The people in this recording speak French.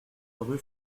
rue